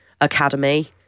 Academy